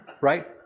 right